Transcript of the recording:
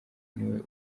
niwe